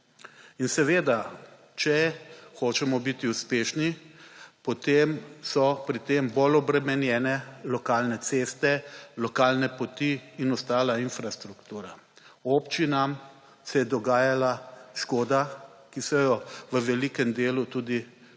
In seveda če hočemo biti uspešni, potem so bolj obremenjene lokalne ceste, lokalne poti in ostala infrastruktura. Občinam se je dogajala škoda, ki so jo v velikem delu tudi same